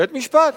בית-המשפט.